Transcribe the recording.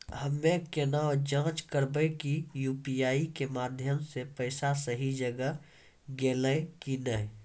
हम्मय केना जाँच करबै की यु.पी.आई के माध्यम से पैसा सही जगह गेलै की नैय?